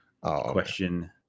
Question